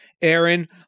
Aaron